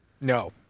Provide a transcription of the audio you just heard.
No